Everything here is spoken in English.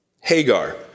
Hagar